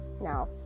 now